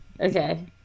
Okay